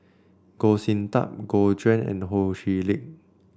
Goh Sin Tub Gu Juan and Ho Chee Lick